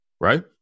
right